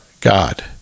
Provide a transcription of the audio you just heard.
God